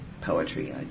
poetry